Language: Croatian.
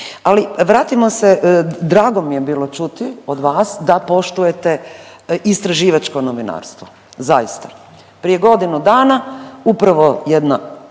ali vratimo se, drago mi je bilo čuti od vas da poštujete istraživačko novinarstvo. Zaista. Prije godinu dana upravo jedno